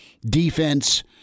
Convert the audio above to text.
defense